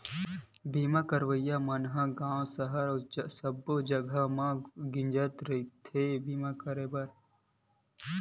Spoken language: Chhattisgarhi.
बीमा करइया मन ह गाँव सहर सब्बो जगा म गिंजरत रहिथे बीमा करब बर